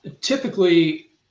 Typically